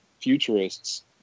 futurists